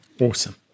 Awesome